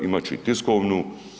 Imat ću i tiskovnu.